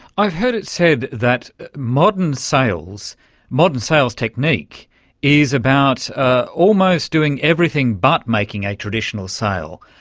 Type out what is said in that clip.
i've heard it said that modern sales modern sales technique is about ah almost doing everything but making a traditional sale,